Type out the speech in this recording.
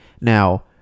Now